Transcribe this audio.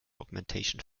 augmentation